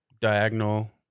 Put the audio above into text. diagonal